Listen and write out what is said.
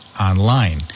online